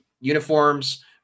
uniforms